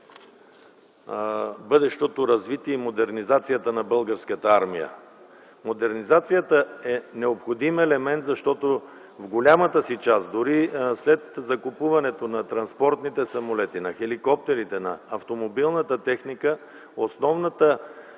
бъдещото развитие и модернизация на Българската армия. Модернизацията е необходим елемент, защото в голямата си част, дори след закупуване на транспортните самолети, на хеликоптерите, на автомобилната техника, основното